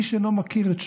איש אינו מכיר את שמו.